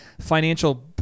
financial